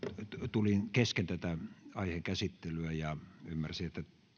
tulin kesken tätä aiheen käsittelyä ja ymmärsin